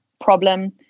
problem